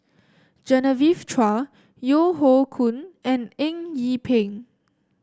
Genevieve Chua Yeo Hoe Koon and Eng Yee Peng